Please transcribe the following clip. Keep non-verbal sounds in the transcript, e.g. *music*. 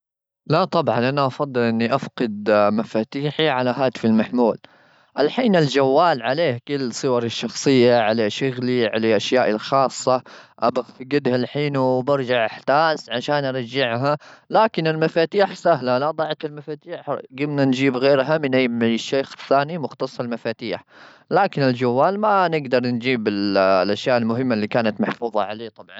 لا، طبعا! أنا أفضل إني أفقد مفاتيحي على هاتفي *noise* المحمول. الحين الجوال عليه كل صوري الشخصية، عليه شغلي، عليه أشيائي *noise* الخاصة. أبا *noise* أفجدها الحين، وبرجع أحتاس عشان أرجعها. لكن المفاتيح *noise* سهلة، لا ضاعت المفاتيح جمنا نجيب غيرها من أي-من الشيخ الثاني، مختص المفاتيح. *noise* لكن الجوال ما نقدر نجيب ال-الأشياء المهمة اللي كانت محفوظة *noise* عليه، طبعا.